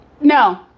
No